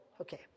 Okay